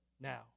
now